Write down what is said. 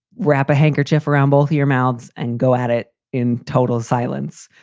wrap a handkerchief around both your mouths and go at it in total silence.